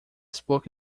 spoke